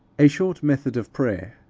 a short method of prayer.